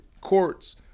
courts